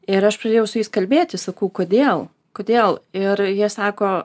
ir aš pradėjau su jais kalbėti sakau kodėl kodėl ir jie sako